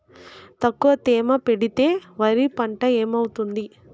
తక్కువ తేమ పెడితే వరి పంట ఏమవుతుంది